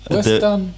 Western